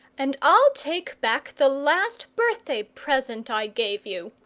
and i'll take back the last birthday present i gave you!